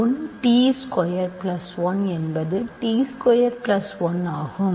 1 t square plus 1 என்பது t square plus 1 ஆகும்